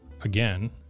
Again